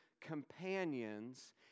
companions